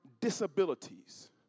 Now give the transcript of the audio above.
disabilities